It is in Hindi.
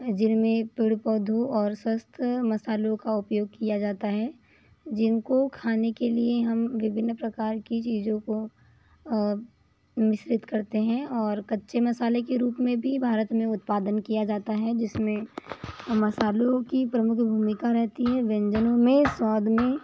जिनमे पेड़ पोंधौ और सस्त मसालों का उपयोग किया जाता है जिनको खाने के लिए हम विभिन्न प्रकार की चीजों को मिश्रित करते है और कच्चे मसालों के रूप मे भी भारत मे उत्पादन किया जाता है जिसमें मसालों की प्रमुख भूमिका रहती है व्यंजनों मे स्वाद में